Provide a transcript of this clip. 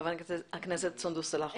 ח"כ סונדוס סאלח בבקשה.